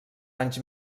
anys